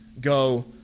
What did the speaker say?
go